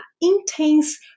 intense